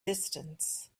distance